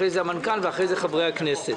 אחרי זה המנכ"ל ואז חברי הכנסת.